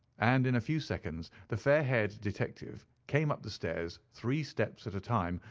and in a few seconds the fair-haired detective came up the stairs, three steps at a time,